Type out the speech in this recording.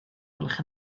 gwelwch